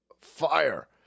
fire